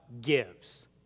gives